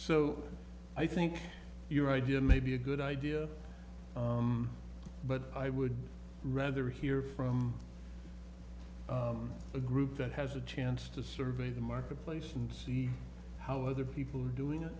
so i think your idea may be a good idea but i would rather hear from a group that has a chance to survey the marketplace and see how other people are doing it